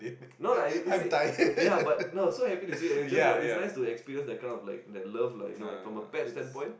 no lah you see ya but now so happy to see you is just no it's nice to experience that kind of like that love lah you know from a pet standpoint